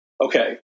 Okay